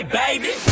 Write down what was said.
baby